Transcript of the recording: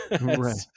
Right